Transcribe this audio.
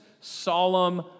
solemn